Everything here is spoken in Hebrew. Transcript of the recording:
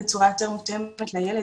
בצורה יותר מותאמת לילד,